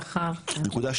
את השכר, לא רוצים לבוא.